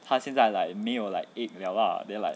她现在 like 没有 like ache liao lah then like